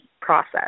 process